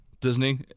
Disney